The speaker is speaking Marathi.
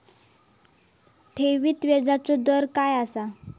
ठेवीत व्याजचो दर काय असता?